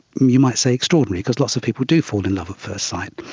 you might say, extraordinary because lots of people do fall in love at first sight,